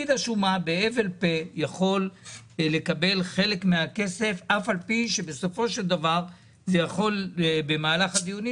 פקיד השומה יכול לקבל כסף שיכול במהלך הדיונים